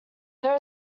there